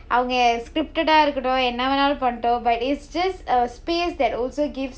அவங்க:avanga scripted ah இருக்கட்டும் என்ன வேணுனாலும் பண்ணுட்டோம்:irukkattum enna vaenunnaalum pannuttom but it's just a space that also gives